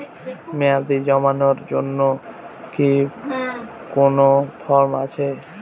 মেয়াদী জমানোর জন্য কি কোন ফর্ম আছে?